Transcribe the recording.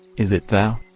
is it thou?